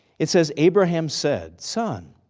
it says, abraham said, son,